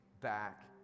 back